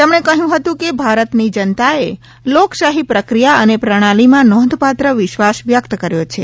તેમણે કહ્યું હતું કે ભારતની જનતાએ લોકશાહી પ્રક્રિયા અને પ્રણાલીમાં નોંધપાત્ર વિશ્વાસ વ્યક્ત કર્યો છે